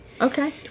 okay